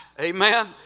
Amen